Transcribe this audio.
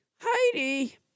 Heidi